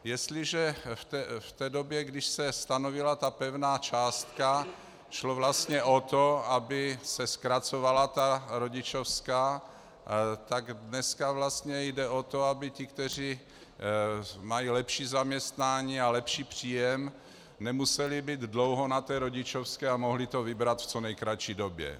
Jestliže v té době, když se stanovila ta pevná částka, šlo vlastně o to, aby se zkracovala rodičovská, tak dneska vlastně jde o to, aby ti, kteří mají lepší zaměstnání a lepší příjem, nemuseli být dlouho na rodičovské a mohli to vybrat v co nejkratší době.